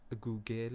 Google